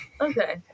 Okay